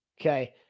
okay